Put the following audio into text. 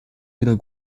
wieder